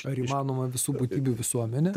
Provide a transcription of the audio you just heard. ar įmanoma visų būtybių visuomenė